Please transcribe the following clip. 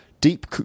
Deep